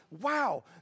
wow